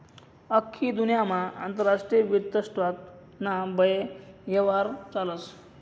आख्खी दुन्यामा आंतरराष्ट्रीय वित्त स्टॉक ना बये यव्हार चालस